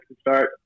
start